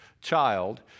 child